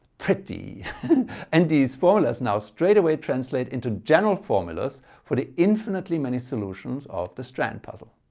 pretty and these formulas now straightaway translate into general formulas for the infinitely many solutions of the strand puzzle.